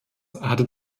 hatte